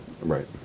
Right